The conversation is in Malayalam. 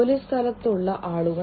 ജോലിസ്ഥലത്തുള്ള ആളുകൾ